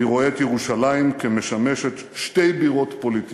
אני רואה את ירושלים משמשת שתי בירות פוליטיות: